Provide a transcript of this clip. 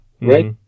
right